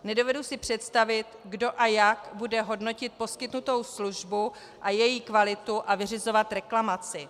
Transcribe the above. Nedovedu si představit, kdo a jak bude hodnotit poskytnutou službu a její kvalitu a vyřizovat reklamaci.